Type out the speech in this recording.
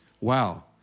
Wow